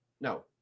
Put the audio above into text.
No